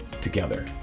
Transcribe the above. together